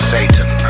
Satan